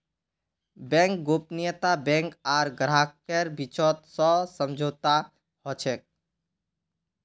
bank गोपनीयता bank आर ग्राहकेर बीचत सशर्त समझौता ह छेक